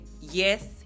yes